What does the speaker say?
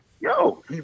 yo